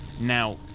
Now